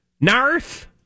North